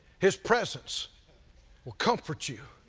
his presence will comfort you.